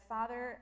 Father